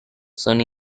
son